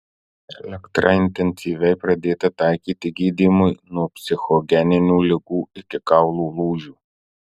elektra intensyviai pradėta taikyti gydymui nuo psichogeninių ligų iki kaulų lūžių